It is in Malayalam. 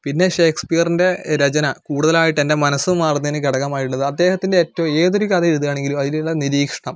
പിന്നെ ഷേക്സ്പെയറിൻ്റെ രചന കൂടുതലായിട്ട് എൻ്റെ മനസ്സു മാറുന്നതിന് ഘടകമായുള്ളത് അദ്ദേഹത്തിൻ്റെ ഏറ്റവും ഏതൊരു കഥയെഴുതുവാണെങ്കിലും അതിലുള്ള നിരീക്ഷ്ണം